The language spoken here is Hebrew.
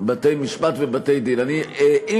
בתי-משפט ובתי-דין, השר, לא הבנו.